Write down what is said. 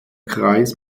kreis